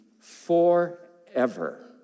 forever